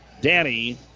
Danny